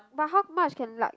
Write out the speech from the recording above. but how much can like